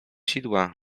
sidła